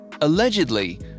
Allegedly